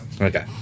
okay